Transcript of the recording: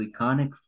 iconic